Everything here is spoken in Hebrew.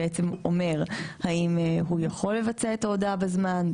אומר האם הוא יכול לבצע את ההודעה בזמן,